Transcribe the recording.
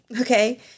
Okay